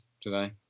today